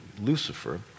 Lucifer